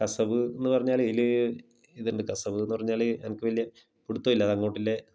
കസവ് എന്ന് പറഞ്ഞാൽ ഇതിൽ ഇതുണ്ടു കസവെന്ന് പറഞ്ഞാൽ എനിക്ക് വലിയ പിടുത്തൊയില്ല അത് അങ്ങോട്ടില്ലെ